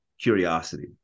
curiosity